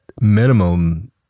minimum